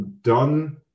done